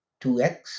2x